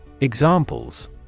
Examples